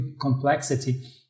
complexity